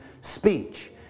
speech